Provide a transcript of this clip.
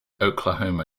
oklahoma